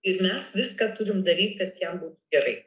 ir mes viską turime daryti kad ten gerai